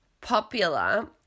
popular